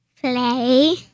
Play